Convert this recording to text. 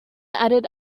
added